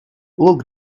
look